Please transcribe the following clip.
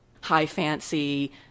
high-fancy